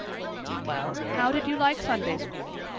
well, how did you like sunday school?